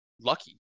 lucky